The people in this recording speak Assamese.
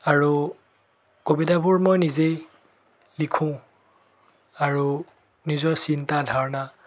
আৰু কবিতাবোৰ মই নিজেই লিখোঁ আৰু নিজৰ চিন্তা ধাৰণা